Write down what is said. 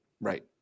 right